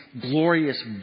glorious